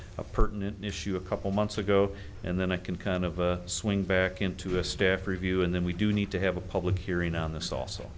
issue a couple months ago and then it can kind of swing back into a staff review and then we do need to have a public hearing on this also